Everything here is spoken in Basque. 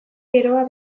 geroa